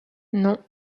non